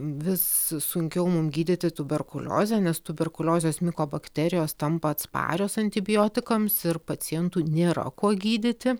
vis sunkiau mum gydyti tuberkuliozę nes tuberkuliozės mikobakterijos tampa atsparios antibiotikams ir pacientų nėra kuo gydyti